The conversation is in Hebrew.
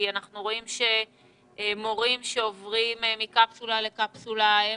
כי אנחנו רואים שמורים שעוברים מקפסולה לקפסולה הם,